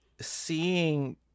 seeing